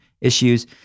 issues